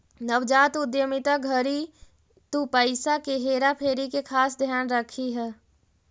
नवजात उद्यमिता घड़ी तु पईसा के हेरा फेरी के खास ध्यान रखीह